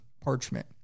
parchment